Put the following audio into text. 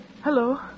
Hello